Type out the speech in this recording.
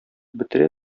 бетерә